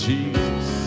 Jesus